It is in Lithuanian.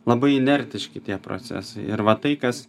labai inertiški tie procesai ir va tai kas